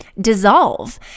dissolve